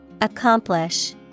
Accomplish